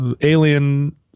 alien